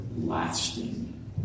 lasting